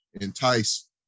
entice